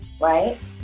right